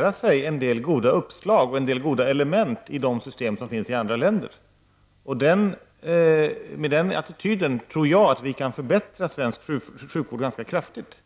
att få en del goda uppslag och för att lära sig en del goda element i fråga om de system som finns i andra länder. Med en sådan attityd tror jag att vi skulle kunna förbättra svensk sjukvård ganska kraftigt.